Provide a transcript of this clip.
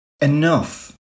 enough